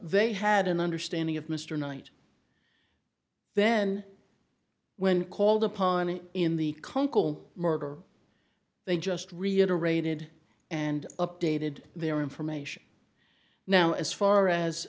they had an understanding of mr knight then when called upon in the murder they just reiterated and updated their information now as far as